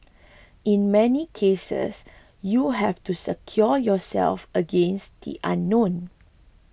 in many cases you have to secure yourself against the unknown